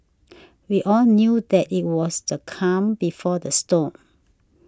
we all knew that it was the calm before the storm